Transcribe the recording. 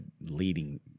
leading